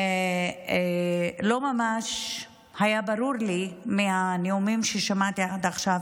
לא ממש היה ברור לי מהנאומים ששמעתי עד עכשיו,